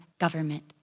government